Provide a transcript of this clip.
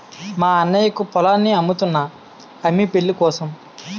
మా అన్నయ్యకు పొలాన్ని అమ్ముతున్నా అమ్మి పెళ్ళికోసం